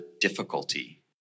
difficulty